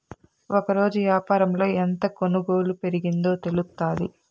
ఒకరోజు యాపారంలో ఎంత కొనుగోలు పెరిగిందో తెలుత్తాది